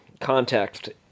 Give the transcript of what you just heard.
context